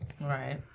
Right